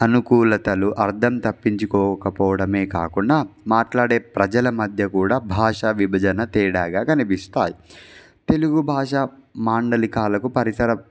అనుకూలతలు అర్థం తప్పించుకోకపోవడమే కాకుండా మాట్లాడే ప్రజల మధ్య కూడా భాష విభజన తేడాగా కనిపిస్తాయి తెలుగు భాష మాండలికాలకు పరిసర